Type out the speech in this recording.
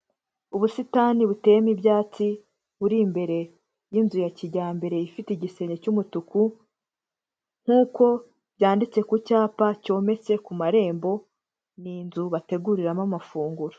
Ubusitani buteyemo ibyatsi, buri imbere y'inzu ya kijyambere ifite igisenge cy'umutuku, nk'uko byanditse ku cyapa cyometse ku marembo, ni inzu bateguriramo amafunguro.